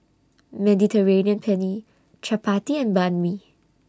Mediterranean Penne Chapati and Banh MI